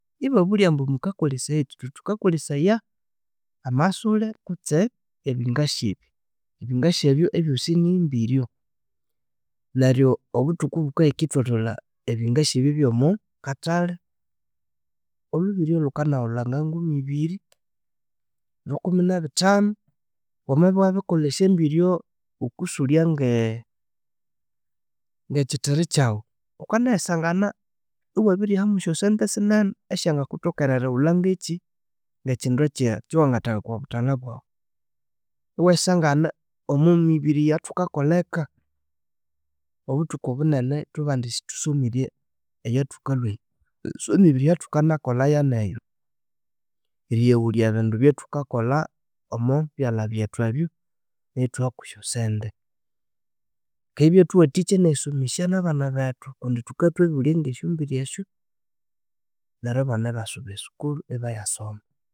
Ibabulya ambu mukolesayakyi, thuthi thukakolesaya amasule kutsi ebingasi. Ebingasi ebyo ebyosi nimbiryo. Neryo obuthuku bukahika ithwathwalha ebingasi ebyo byomokathali, olhubiryo lhukanawulha ngangumibiri, rukumi na bitanu. Wamabya wabirikolha esyambiryo wukisulya nge- ekithiri kyawu wukananayisangana iwabiriha mwesyosente sinene esya ngakuthokera eriwulha ngekyi ekindu kye- kyawanganatheka okobuthalha bwawu. Iwasangana omwemibiri eyathukakolha eka. Obuthuku bunene ithwabandi sithusomire eyathukalhwa eyi so emibiri eyathukanakolha yaneyo, eriyawulya ebindu ebyathukakolha omo- byalha byethu ebyo, ithwiha kwesyosente ki ibyathuwathikya nerisomesya nabana bethu kundi thuka thwabiriwulya ngesyombiryo esyo neryo abana ebasuba esukuru ebayasoma